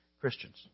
Christians